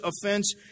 offense